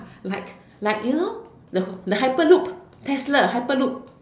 like like you know the the hyperloop Tesla hyperloop